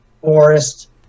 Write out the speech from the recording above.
Forest